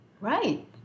Right